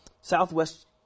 Southwest